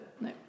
no